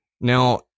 Now